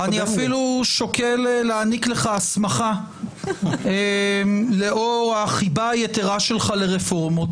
-- אני אפילו שוקל להעניק לך הסמכה לאור החיבה היתרה שלך לרפורמות,